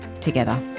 together